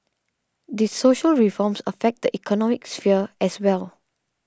these social reforms affect the economic sphere as well